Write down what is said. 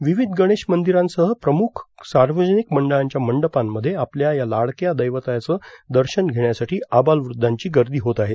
विविध गणेश मंदिरांसह प्रमुख सार्वजनिक मंडळांच्या मंडपांमध्ये आपल्या या लाडक्या दैवताचं दर्शन घेण्यासाठी आबालवृद्धांची गर्दी होत आहे